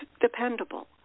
dependable